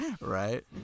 Right